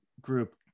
group